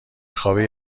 خوابی